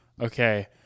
Okay